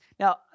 Now